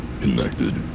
connected